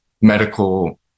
medical